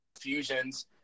fusions